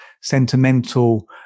sentimental